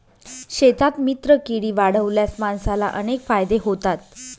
शेतात मित्रकीडी वाढवल्यास माणसाला अनेक फायदे होतात